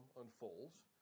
unfolds